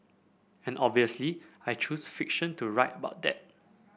and obviously I choose fiction to write about that